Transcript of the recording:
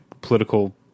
political